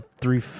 three